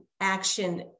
action